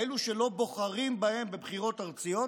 אלה שלא בוחרים בהם בבחירות ארציות.